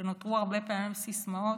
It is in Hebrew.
נותרו הרבה פעמים סיסמאות.